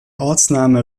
ortsname